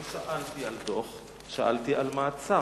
לא שאלתי על דוח, שאלתי על מעצר.